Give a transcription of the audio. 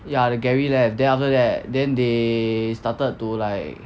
ya the gary left then after that then they started to like